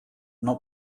not